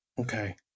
Okay